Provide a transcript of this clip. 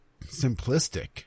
simplistic